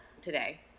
today